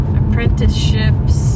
apprenticeships